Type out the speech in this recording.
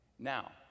Now